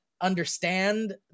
understand